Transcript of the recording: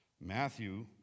Matthew